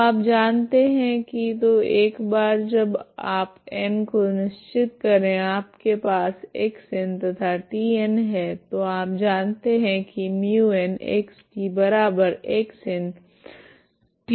अब आप जानते है की तो एक बार जब आप n को निश्चित करे आपके पास Xn तथा Tn है तो आप जानते है की un x tXnTn